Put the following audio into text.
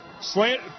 slant